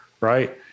Right